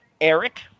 Eric